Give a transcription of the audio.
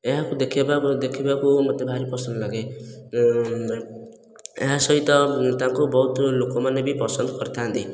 ଏହାକୁ ଦେଖିବା ପାଇଁ ମୋର ଦେଖିବାକୁ ମୋତେ ଭାରି ପସନ୍ଦ ଲାଗେ ଏହା ସହିତ ତାଙ୍କୁ ବହୁତ ଲୋକମାନେ ବି ପସନ୍ଦ କରିଥାନ୍ତି